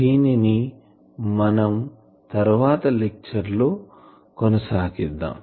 దీనిని మనం తరువాత లెక్చర్ లో కొనసాగిద్దాం